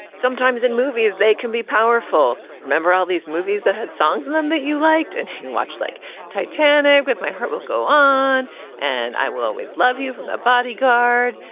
sometimes in movies they can be powerful remember all these movies that had songs in them that you liked and you watched like titanic with my heart will go on and i will always love you from the bodyguard.